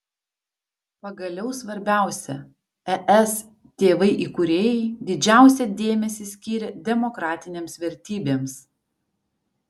pagaliau svarbiausia es tėvai įkūrėjai didžiausią dėmesį skyrė demokratinėms vertybėms